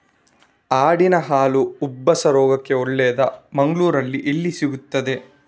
ಆಡಿನ ಹಾಲು ಉಬ್ಬಸ ರೋಗಕ್ಕೆ ಒಳ್ಳೆದು, ಮಂಗಳ್ಳೂರಲ್ಲಿ ಎಲ್ಲಿ ಸಿಕ್ತಾದೆ?